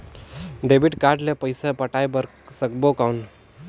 Debit card ले पइसा पटाय बार सकबो कौन?